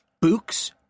Books